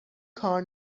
کار